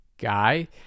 guy